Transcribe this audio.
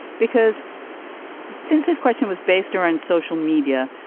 because since this question was based on social media,